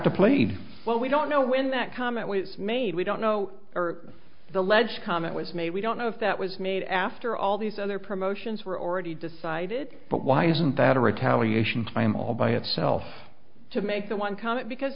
to played well we don't know when that comment was made we don't know or the ledge comment was made we don't know if that was made after all these other promotions were already decided but why isn't that a retaliation i am all by itself to make the one comment because